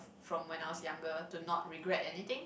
from when I was younger to not regret anything